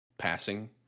passing